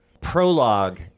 prologue